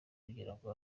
kugirango